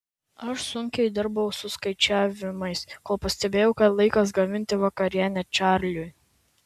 aš sunkiai dirbau su skaičiavimais kol pastebėjau kad laikas gaminti vakarienę čarliui